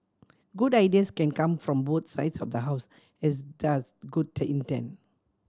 good ideas can come from both sides of the House as does good intent